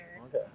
Okay